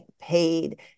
paid